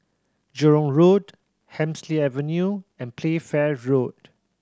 Jurong Road Hemsley Avenue and Playfair Road